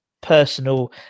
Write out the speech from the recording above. personal